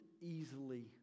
easily